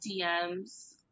DMs